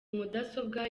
mudasobwa